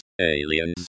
aliens